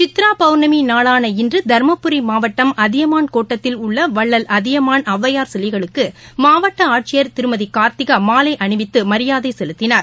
சித்ரா பவர்ணமி நாளான இன்று தருமபுரி மாவட்டம் அதியமான் கோட்டத்தில் உள்ள வள்ளல் அதியமான் ஔவையார் சிலைகளுக்கு மாவட்ட ஆட்சியர் திருமதி கார்த்திகா மாலை அனிவித்து மரியாதை செலுத்தினார்